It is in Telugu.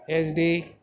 ఎస్డి